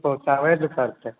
पहुँचाबै ने परतै